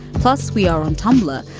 plus we are tumblr.